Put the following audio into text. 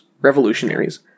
revolutionaries